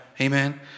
Amen